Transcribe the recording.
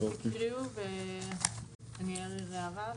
אז תקריאו ואני אעיר הערה,